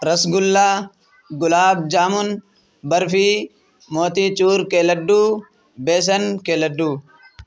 رس گلا گلاب جامن برفی موتی چور کے لڈو بیسن کے لڈو